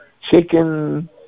chicken